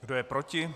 Kdo je proti?